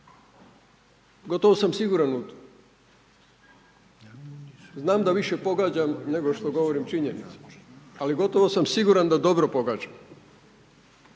Gotovo sam siguran u to. Znam da više pogađam nego što govorim činjenice, ali gotovo sam siguran da dobro pogađam.